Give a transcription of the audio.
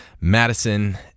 Madison